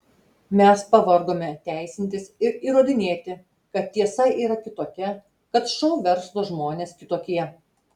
mes pavargome teisintis ir įrodinėti kad tiesa yra kitokia kad šou verslo žmonės kitokie